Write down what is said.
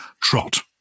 Trot